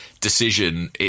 decision